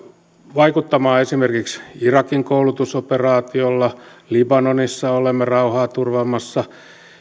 vaikuttamaan esimerkiksi irakin koulutusoperaatiolla libanonissa olemme rauhaa turvaamassa